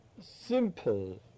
simple